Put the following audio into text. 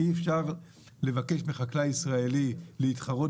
אי אפשר לבקש מחקלאי ישראלי להתחרות